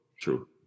True